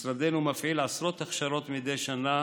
משרדנו מפעיל עשרות הכשרות מדי שנה